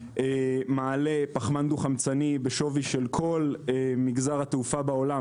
מעלה פחמן דו-חמצני בשווי של כל מגזר התעופה בעולם.